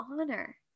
honor